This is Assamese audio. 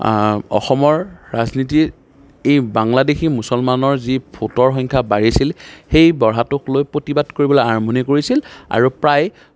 অসমৰ ৰাজনীতিত এই বাংলাদেশী মুছলমানৰ যি ভোটৰ সংখ্যা বাঢ়িছিল সেই বঢ়াটোক লৈ প্ৰতিবাদ কৰিবলৈ আৰম্ভণি কৰিছিল আৰু প্ৰায়